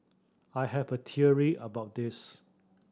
I have a theory about this